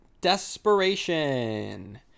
Desperation